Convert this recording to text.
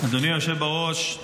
אדוני היושב בראש,